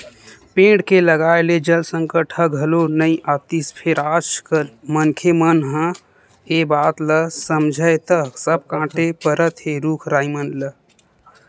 पेड़ के लगाए ले जल संकट ह घलो नइ आतिस फेर आज कल मनखे मन ह ए बात ल समझय त सब कांटे परत हे रुख राई मन ल